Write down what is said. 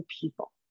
people